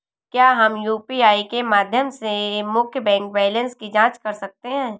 क्या हम यू.पी.आई के माध्यम से मुख्य बैंक बैलेंस की जाँच कर सकते हैं?